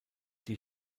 die